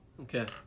Okay